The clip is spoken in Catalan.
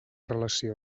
relació